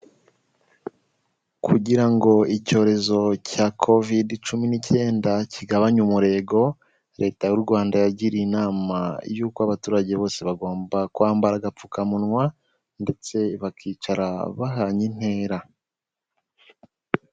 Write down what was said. Kugira ngo icyorezo cya Vovid cumi n'icyenda kigabanye umurego, Leta y'u Rwanda yagiririye inama y'uko abaturage bose bagomba kwambara agapfukamunwa ndetse bakicara bahanye intera.